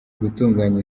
gutunganya